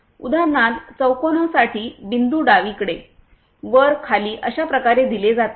उदाहरणार्थ चौकोनासाठी बिंदू डावीकडे वर खाली अशा प्रकारे दिले जातात